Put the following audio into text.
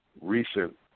recent